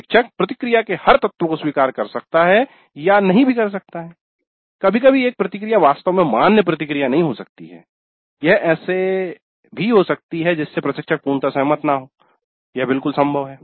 प्रशिक्षक प्रतिक्रिया के हर तत्व को स्वीकार कर सकता है या नहीं भी कर सकता है कभी कभी एक प्रतिक्रिया वास्तव में मान्य प्रतिक्रिया नहीं हो सकती है यह ऐसे भी हो सकती है जिससे प्रशिक्षक पूर्णतः सहमत न हो यह बिलकुल संभव है